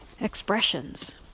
expressions